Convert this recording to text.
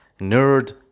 Nerd